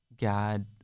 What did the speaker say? God